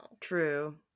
True